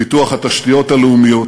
לפיתוח התשתיות הלאומיות.